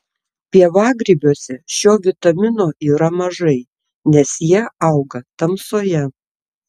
pievagrybiuose šio vitamino yra mažai nes jie auga tamsoje